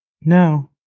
No